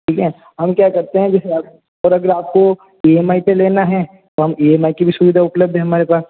ठीक है हम क्या करते हैं जैसे आप और अगर आपको ई एम आई पे लेना है तो हम ई एम आइ की भी सुविधा उपलब्ध है हमारे पास